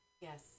Yes